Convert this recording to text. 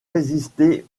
résister